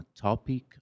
topic